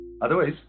Otherwise